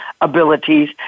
abilities